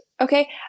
Okay